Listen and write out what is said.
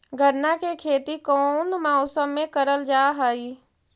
गन्ना के खेती कोउन मौसम मे करल जा हई?